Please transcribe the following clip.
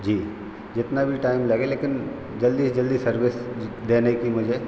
जी जितना भी टाइम लगे लेकिन जल्दी से जल्दी सर्विस देने की मुझे